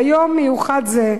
ביום מיוחד זה,